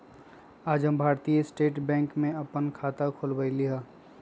हम आज भारतीय स्टेट बैंक में अप्पन खाता खोलबईली ह